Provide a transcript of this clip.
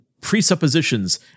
presuppositions